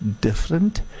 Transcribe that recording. different